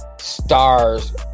stars